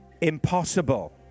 impossible